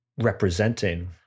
representing